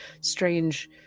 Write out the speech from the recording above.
strange